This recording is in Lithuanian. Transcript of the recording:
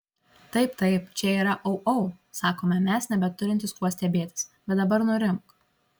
taip taip čia yra au au sakome mes nebeturintys kuo stebėtis bet dabar nurimk